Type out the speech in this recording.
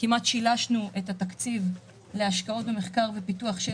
כמעט שילשנו את התקציב להשקעות במחקר ובפיתוח של